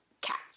cats